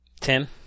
Tim